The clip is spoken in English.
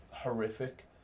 Horrific